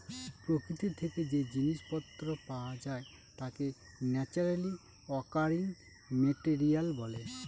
প্রকৃতি থেকে যে জিনিস পত্র পাওয়া যায় তাকে ন্যাচারালি অকারিং মেটেরিয়াল বলে